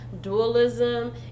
dualism